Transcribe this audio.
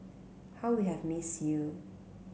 how we have miss you